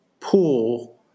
pool